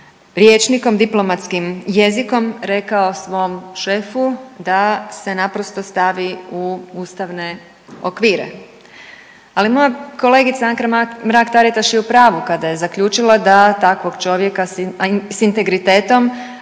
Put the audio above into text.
rječnikom, diplomatskim jezikom rekao svom šefu da se naprosto stavi u ustavne okvire. Ali moja kolegica Anka Mrak Taritaš je u pravu kada je zaključila da takvog čovjeka s integritetom